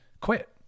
quit